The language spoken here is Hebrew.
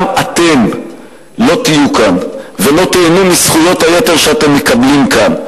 גם אתם לא תהיו כאן ולא תיהנו מזכויות היתר שאתם מקבלים כאן.